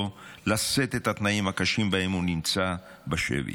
לשאת את התנאים הקשים שבהם הוא נמצא בשבי.